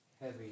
heavy